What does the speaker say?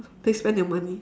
please spend your money